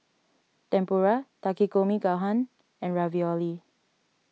Tempura Takikomi Gohan and Ravioli